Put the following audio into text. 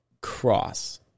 cross